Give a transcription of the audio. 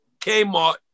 Kmart